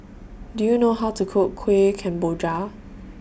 Do YOU know How to Cook Kueh Kemboja